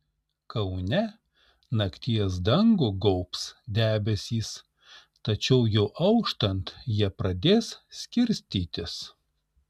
kaune nakties dangų gaubs debesys tačiau jau auštant jie pradės skirstytis